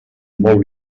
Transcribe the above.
molt